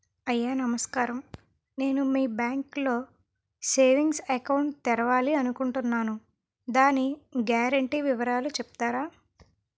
అయ్యా నమస్కారం నేను మీ బ్యాంక్ లో సేవింగ్స్ అకౌంట్ తెరవాలి అనుకుంటున్నాను దాని గ్యారంటీ వివరాలు చెప్తారా?